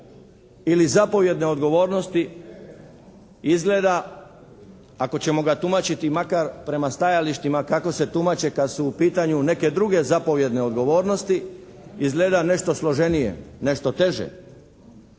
ili zapovjedne odgovornosti izgleda ako ćemo ga tumačiti makar prema stajalištima kako se tumače kad su u pitanju neke druge zapovjedne odgovornosti izgleda nešto složenije, nešto teže